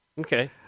okay